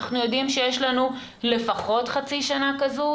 אנחנו יודעים שיש לנו לפחות חצי שנה כזו,